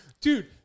Dude